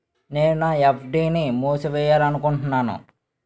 నేను నా ఎఫ్.డి ని మూసివేయాలనుకుంటున్నాను